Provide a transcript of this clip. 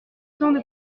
temps